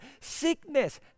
sickness